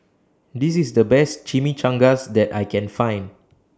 This IS The Best Chimichangas that I Can Find